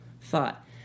thought